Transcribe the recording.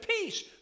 peace